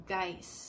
Guys